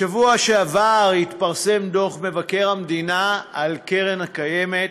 בשבוע שעבר התפרסם דוח מבקר המדינה על קרן קיימת,